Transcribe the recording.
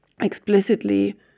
explicitly